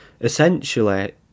essentially